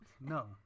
No